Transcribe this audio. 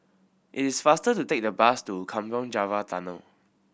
it is faster to take the bus to Kampong Java Tunnel